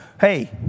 hey